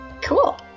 Cool